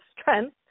strength